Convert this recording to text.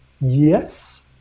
yes